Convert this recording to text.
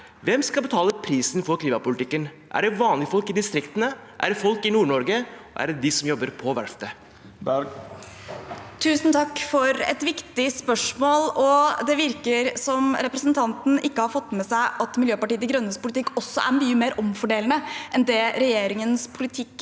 Hvem skal betale prisen for klimapolitikken? Er det vanlige folk i distriktene? Er det folk i Nord-Norge? Er det dem som jobber på verftet? Lan Marie Nguyen Berg (MDG) Tusen takk for et viktig spørsmål. Det virker som representanten Hussaini ikke har fått med seg at Miljøpartiet De Grønnes politikk også er mye mer omfordelende enn det regjeringens politikk